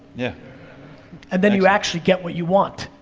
yeah and then you actually get what you want.